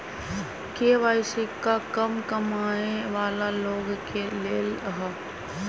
KYC का कम कमाये वाला लोग के लेल है?